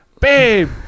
babe